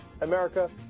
America